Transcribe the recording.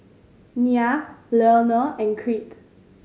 Nia Leonor and Crete